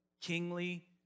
kingly